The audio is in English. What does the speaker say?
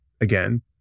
again